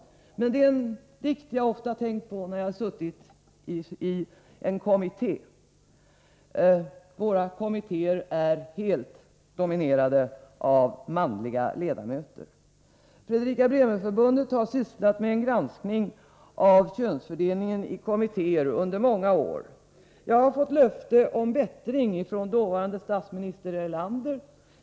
Detta är en dikt jag ofta har tänkt på när jag suttit i en kommitté. Våra kommittéer är helt dominerade av manliga ledamöter. Fredrika-Bremer Förbundet har under många år granskat könsfördelningen i kommittéer. Jag har fått löfte om bättring ifrån dåvarande statsminister Erlander.